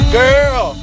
girl